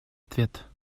ответ